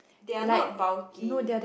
they are not bulky